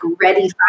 ready